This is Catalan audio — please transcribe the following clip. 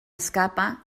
escapa